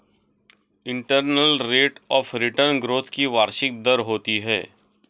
internal rate of return growth की वार्षिक दर होती है